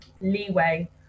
leeway